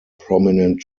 prominent